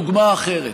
דוגמה אחרת.